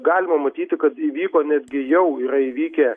galima matyti kad įvyko netgi jau yra įvykę